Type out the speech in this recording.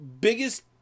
biggest